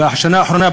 בשנה האחרונה,